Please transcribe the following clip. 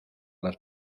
las